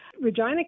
Regina